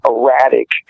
erratic